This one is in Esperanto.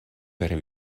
per